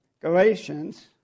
Galatians